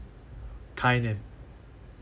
kind and